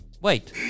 Wait